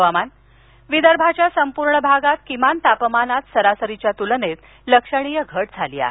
हवामान विदर्भांच्या संपूर्ण भागात किमान तापमानात सरासरीच्या तुलनेत लक्षणीय घट झाली आहे